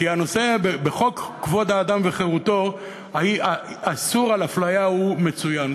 כי בחוק כבוד האדם וחירותו האיסור על אפליה מצוין,